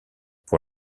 pour